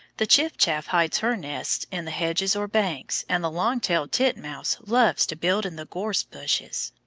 the chiff-chaff hides her nests in the hedges or banks, and the long-tailed titmouse loves to build in the gorse bushes.